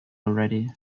already